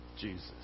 Jesus